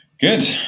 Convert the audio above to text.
Good